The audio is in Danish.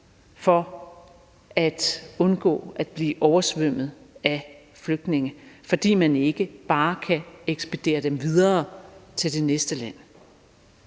for at undgå at blive oversvømmet af flygtninge, fordi man ikke bare kan ekspedere dem videre til det næste land.